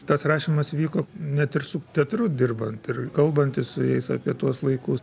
tas rašymas vyko net ir su teatru dirbant ir kalbantis su jais apie tuos laikus